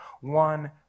One